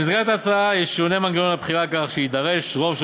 במסגרת ההצעה ישונה מנגנון הבחירה כך שיידרש רוב של